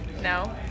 No